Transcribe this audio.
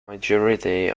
majority